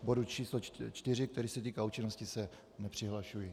K bodu číslo čtyři, který se týká účinnosti, se nepřihlašuji.